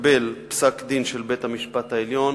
התקבל פסק-דין של בית-המשפט העליון.